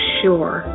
sure